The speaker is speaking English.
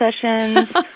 sessions